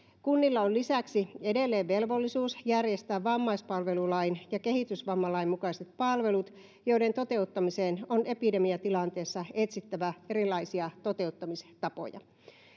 kunnilla on lisäksi edelleen velvollisuus järjestää vammaispalvelulain ja kehitysvammalain mukaiset palvelut joiden toteuttamiseen on epidemiatilanteessa etsittävä erilaisia toteuttamistapoja